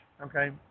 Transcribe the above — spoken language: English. okay